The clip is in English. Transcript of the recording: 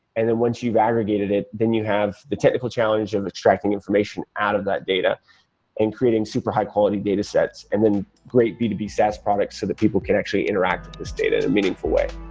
and then once you've aggregated it, then you have the technical challenge of extracting information out of that data and creating super high quality data sets and then great b two b sass products so that people can actually interact with this data in a meaningful way.